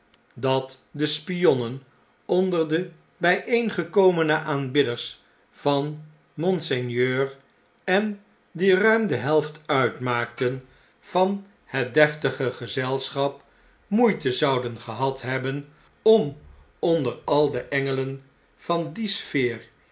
dat de spionnen onder de bjeengekomene aanbidders van monseigneur en die ruim de helft uitmaakten van het deftige gezelschap moeite zouden gehad hebben om onder al de engelen van die sfeer